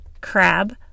crab